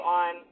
on